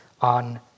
on